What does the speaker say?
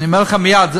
אני אומר לכם מייד,